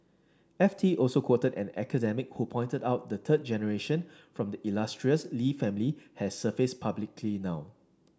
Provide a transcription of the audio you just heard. F T also quoted an academic who pointed out the third generation from the illustrious Lee family has surfaced publicly now